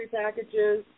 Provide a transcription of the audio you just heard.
packages